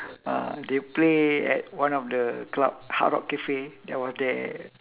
ah they play at one of the club hard rock cafe I was there